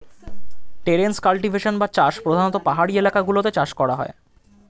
terrace cultivation বা চাষ প্রধানতঃ পাহাড়ি এলাকা গুলোতে করা হয়